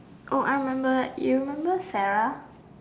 I remember you remember Sarah